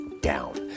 down